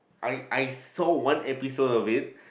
I I saw one episode of it